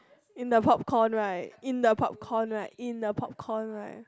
in the popcorn right in the popcorn right in the popcorn right